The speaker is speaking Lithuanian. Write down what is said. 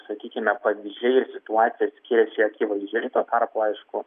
sakykime pavyzdžiai ir situacija skiriasi akivaizdžiai arba aišku